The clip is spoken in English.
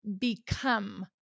become